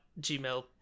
gmail